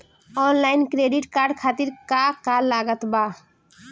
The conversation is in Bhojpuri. आनलाइन क्रेडिट कार्ड खातिर का का लागत बा?